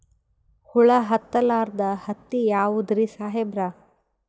ಹುಳ ಹತ್ತಲಾರ್ದ ಹತ್ತಿ ಯಾವುದ್ರಿ ಸಾಹೇಬರ?